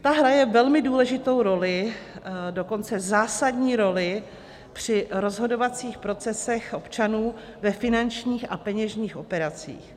Ta hraje velmi důležitou roli, dokonce zásadní roli při rozhodovacích procesech občanů ve finančních a peněžních operacích.